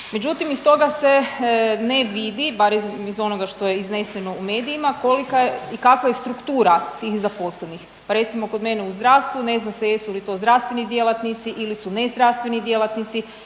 Međutim iz toga se ne vidi, bar iz onoga što je izneseno u medijima kolika je i kakva je struktura tih zaposlenih. Pa recimo kod mene u zdravstvu ne zna se jesu li to zdravstveni djelatnici ili su nezdravstveni djelatnici